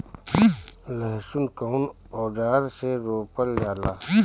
लहसुन कउन औजार से रोपल जाला?